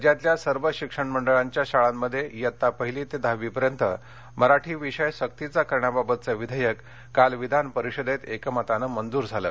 राज्यातल्या सर्व शिक्षण मंडळांच्या शाळांमध्ये पहिली ते दहावीपर्यंत मराठी विषय सक्तीचा करण्याबाबतचं विधेयक काल विधानपरिषदेत एकमतानं मंजूर झालं